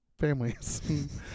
families